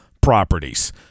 properties